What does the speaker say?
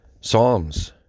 Psalms